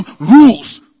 rules